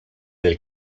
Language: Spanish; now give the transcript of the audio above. del